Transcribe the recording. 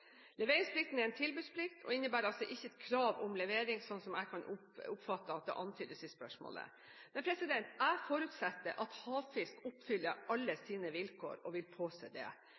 Leveringsplikten er en tilbudsplikt, og innebærer ikke et krav om levering – slik jeg oppfatter at det antydes i spørsmålet. Jeg forutsetter at Havfisk oppfyller alle sine vilkår og vil påse det.